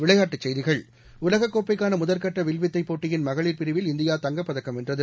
விளையாட்டுச் செய்திகள் உலகக்கோப்பைக்கானமுதற்கட்டவில்வித்தைப் போட்டியின் மகளிர் பிரிவில் இந்தியா தங்கப் பதக்கம் வென்றது